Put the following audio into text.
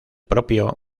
propio